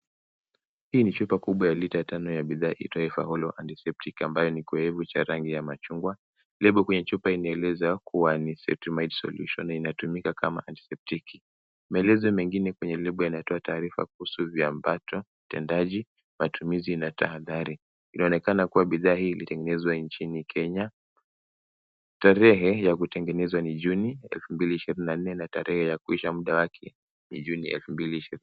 Hii ni chupa kubwa ya lita tano ya bidhaa inayoitwa faholo antiseptic ambayo ni koevu cha rangi ya machungwa . Lebo kwenye chupa inaeleza kuwa ni cetrimide solution na inatumika kama antiseptic . Maelezo mengine kwenye lebo yanatoa taarifa kuhusu viambato utendaji, matumizi na tahadhari. Inaonekana kuwa bidhaa hii ilitengenezwa nchini Kenya. Tarehe ya kutengenezwa ni Juni 2024 na tarehe ya kuuisha muda wake ni juni 2028.